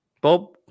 Bob